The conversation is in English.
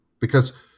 Because-